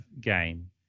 game